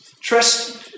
trust